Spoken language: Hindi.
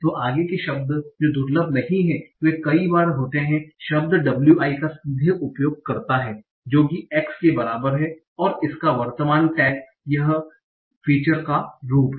तो आगे के शब्द जो दुर्लभ नहीं हैं वे कई बार होते हैं शब्द wi का सीधे उपयोग करता है जो कि x के बराबर है और इसका वर्तमान टैग यह फीचर का रूप है